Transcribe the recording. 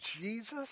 Jesus